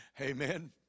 Amen